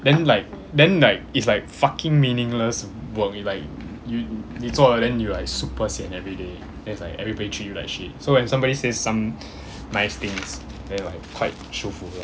then like then like it's like fucking meaningless work you like you 你做了 then you like super sian everyday then is like everybody treat you like shit so when somebody says some nice things then like quite 舒服